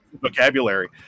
Vocabulary